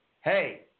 hey